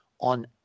on